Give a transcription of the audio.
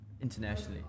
internationally